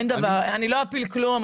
אין דבר, אני לא אפיל כלום.